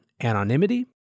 Anonymity